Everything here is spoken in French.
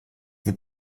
vous